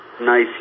nice